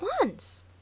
once